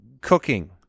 cooking